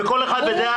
וכל אחד עם דעה אחרת.